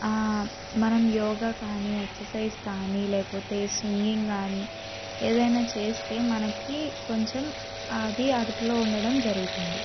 మనం యోగా కానీ ఎక్ససైజ్ కానీ లేకపోతే సింగింగ్ కానీ ఏదైనా చేస్తే మనకి కొంచెం అది అదుపులో ఉండడం జరుగుతుంది